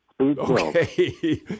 Okay